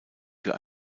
für